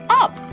up